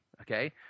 Okay